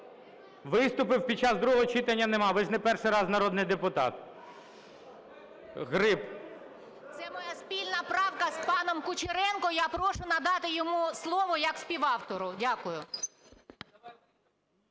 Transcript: Виступів під час другого читання нема. Ви ж не перший раз народний депутат. Гриб. 12:47:26 ГРИБ В.О. Це моя спільна правка з паном Кучеренком. Я прошу надати йому слово як співавтору. Дякую.